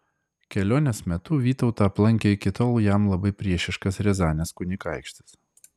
kelionės metu vytautą aplankė iki tol jam labai priešiškas riazanės kunigaikštis